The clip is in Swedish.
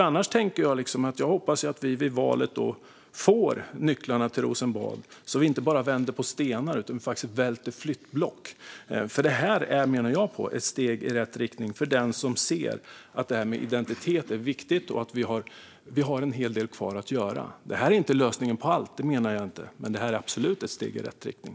Annars hoppas jag att vi vid valet får nycklarna till Rosenbad så att vi inte bara vänder på stenar utan faktiskt välter flyttblock. Jag menar att detta är ett steg i rätt riktning för den som ser att det här med identitet är viktigt och att vi har en hel del kvar att göra. Detta är inte lösningen på allt, men det är absolut ett steg i rätt riktning.